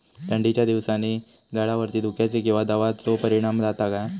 थंडीच्या दिवसानी झाडावरती धुक्याचे किंवा दवाचो परिणाम जाता काय?